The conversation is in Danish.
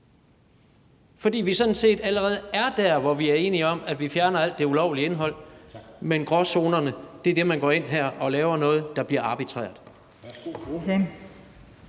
For vi er sådan set allerede der, hvor vi er enige om, at vi fjerner alt det ulovlige indhold, men det er i forhold til gråzonerne, at man her går ind og laver noget, der bliver arbitrært.